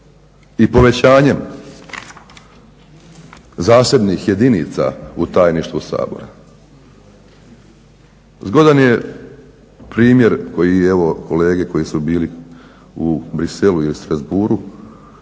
i povećanjem zasebnih jedinica u Tajništvu Sabora. Zgodan je primjer koji je evo kolege koji su bili u Bruxellesu i Strasbourgu